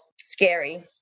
scary